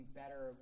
better